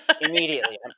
Immediately